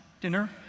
dinner